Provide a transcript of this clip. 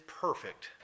perfect